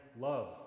love